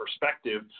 perspective